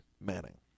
Manning